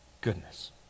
goodness